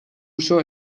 uso